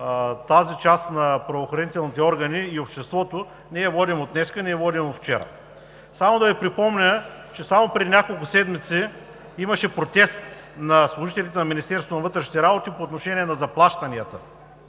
тази част на правоохранителните органи и обществото, не я водим от днес, не я водим от вчера. Само да Ви припомня, че само преди няколко седмици имаше протест на служителите на Министерството на вътрешните работи по отношение на заплащанията